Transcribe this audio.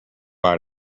out